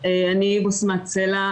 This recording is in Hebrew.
אני בשמת סלע.